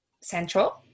Central